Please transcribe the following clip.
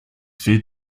fehlt